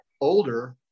older